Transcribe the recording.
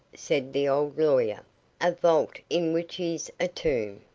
said the old lawyer a vault in which is a tomb.